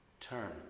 Turn